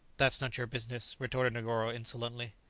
that's not your business, retorted negoro insolently.